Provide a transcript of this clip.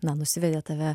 na nusivedė tave